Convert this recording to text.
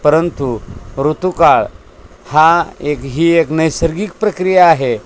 परंतु ऋतुकाळ हा एक ही एक नैसर्गिक प्रक्रिया आहे